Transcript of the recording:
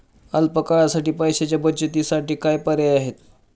अल्प काळासाठी पैशाच्या बचतीसाठी काय पर्याय आहेत?